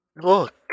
Look